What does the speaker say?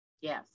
Yes